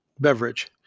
beverage